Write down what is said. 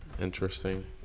Interesting